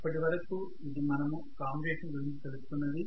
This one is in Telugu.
ఇప్పటి వరకు ఇది మనము కామ్యుటేషన్ గురించి తెలుసుకున్నది